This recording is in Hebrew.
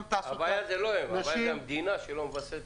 הבעיה היא לא הם, הבעיה היא במדינה שלא מווסתת.